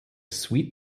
sweet